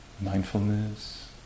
mindfulness